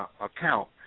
account